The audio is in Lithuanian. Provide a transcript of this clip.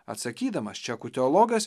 atsakydamas čekų teologas